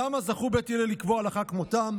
למה זכו בית הלל לקבוע הלכה כמותם?